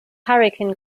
hurricane